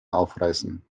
aufreißen